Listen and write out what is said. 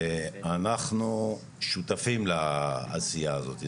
ואנחנו שותפים לעשייה הזאת.